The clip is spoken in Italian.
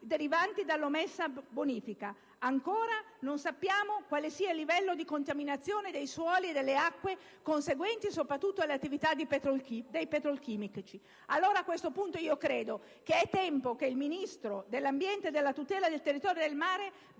derivanti dalla omessa bonifica. Ancora, non sappiamo quale sia il livello di contaminazione dei suoli e delle acque conseguente soprattutto alle attività dei petrolchimici. A questo punto credo che sia tempo che il Ministro dell'ambiente e della tutela del territorio e del mare